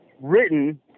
written